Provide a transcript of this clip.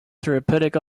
therapeutic